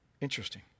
Interesting